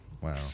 wow